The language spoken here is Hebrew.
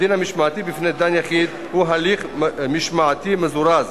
הדין המשמעתי בפני דן יחיד הוא הליך משמעתי מזורז.